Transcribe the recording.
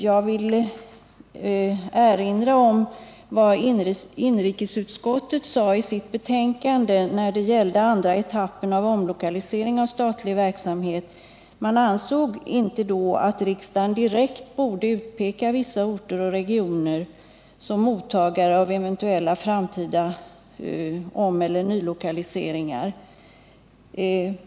Jag vill erinra om vad inrikesutskottet sade i sitt betänkande när det gällde andra etappen av omlokaliseringen av statlig verksamhet. Utskottet ansåg då att riksdagen inte direkt borde utpeka vissa orter eller regioner som mottagare av eventuella framtida omeller nylokaliseringar.